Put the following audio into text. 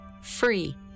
free